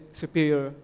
superior